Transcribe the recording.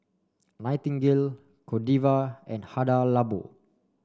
Nightingale Godiva and Hada Labo